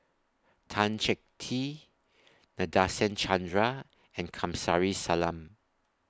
Tan Chee Teck T Nadasen Chandra and Kamsari Salam